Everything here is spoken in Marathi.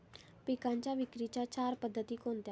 पिकांच्या विक्रीच्या चार पद्धती कोणत्या?